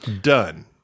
Done